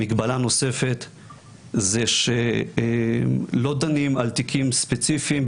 מגבלה נוספת היא שלא דנים על תיקים ספציפיים,